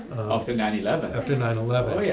after nine eleven. after nine eleven. oh yeah.